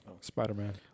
Spider-Man